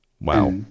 Wow